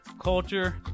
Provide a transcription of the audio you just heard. culture